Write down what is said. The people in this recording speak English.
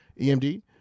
EMD